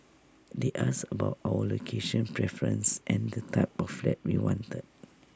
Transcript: they asked about our location preference and the type of flat we wanted